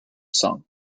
sung